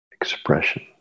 expression